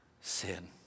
sin